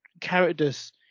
characters